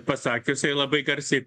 pasakiusi labai garsiai